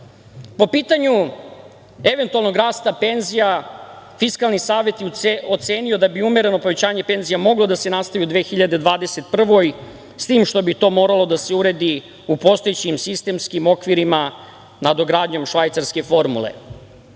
pitanju eventualnog rasta penzija, Fiskalni savet je ocenio da bi umereno povećanje penzija moglo da se nastavi u 2021. godini, s tim što bi to moralo da se uredi u postojećim sistemskim okvirima, nadogradnjom švajcarske formule. Uvaženi